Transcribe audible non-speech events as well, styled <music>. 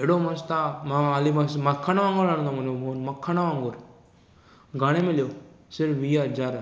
एॾो मस्तु आहे मां <unintelligible> मखण वांगुरु हलंदो मुंहिंजो फोन मखण वांगुरु घणे मिलियो सिर्फ़ु वीह हज़ार